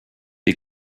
the